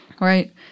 Right